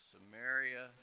Samaria